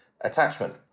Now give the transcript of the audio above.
attachment